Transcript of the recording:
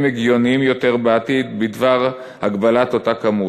הגיוניים יותר בעתיד בדבר הגבלת אותה כמות.